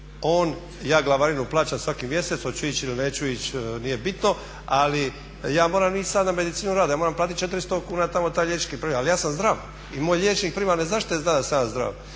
Ja glavarinu plaćam svaki mjesec hoću ići ili neću ići nije bitno, ali ja moram sada ići na Medicinu rada, ja moram platiti 400 kuna taj liječnički pregled, ali ja sam zdrav i moj liječnik primarne zaštite zna da sam ja zdrav